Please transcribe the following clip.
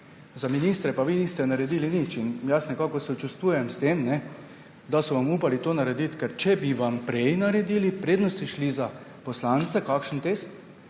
za ministre pa vi niste naredili nič. Sočustvujem s tem, da so vam upali to narediti. Ker če bi vam prej naredili, preden ste šli za poslance kakšen test,